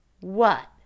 What